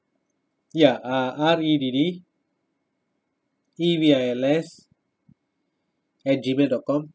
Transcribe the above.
ya uh R E D D E V I L S at Gmail dot com